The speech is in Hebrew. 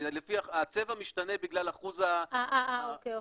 הצבע משתנה בגלל אחוז ה --- אוקיי.